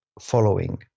following